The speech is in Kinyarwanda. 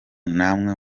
namwe